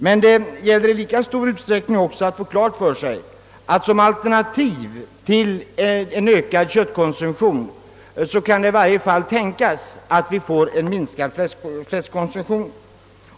Men vi måste samtidigt vara på det klara med att det som följd av den ökade köttkonsumtionen i varje fall kan tänkas inträda en minskning av fläskkonsumtionen.